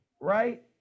right